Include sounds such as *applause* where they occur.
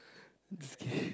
just kidding *laughs*